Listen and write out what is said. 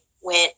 went